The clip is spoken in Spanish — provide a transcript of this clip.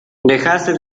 dejaste